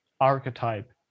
archetype